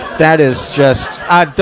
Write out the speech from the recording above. that is just, i,